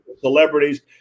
celebrities